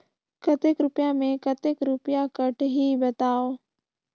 कतेक रुपिया मे कतेक रुपिया कटही बताव?